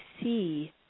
see